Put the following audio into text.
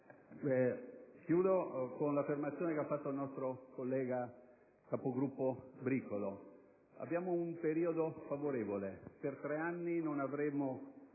Concludo con l'affermazione che ha fatto il nostro collega capogruppo Bricolo. Abbiamo un periodo favorevole: per tre anni non avremo